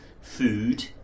food